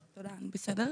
תודה, בסדר.